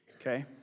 okay